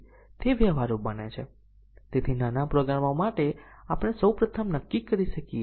અને તેથી જો આપણે ન્યૂનતમ સેટ પસંદ કરવા માંગતા હો તો આપણે આ બંનેમાંથી કોઈપણ પસંદ કરી શકીએ છીએ